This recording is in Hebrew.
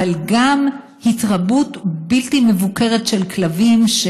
אבל גם התרבות בלתי מבוקרת של כלבים,